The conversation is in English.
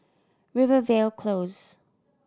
Rivervale Close